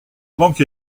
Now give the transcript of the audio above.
banque